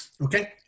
okay